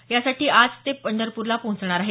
यासाठी आज ते पंढरपूरला पोहोचणार आहेत